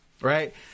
right